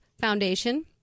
Foundation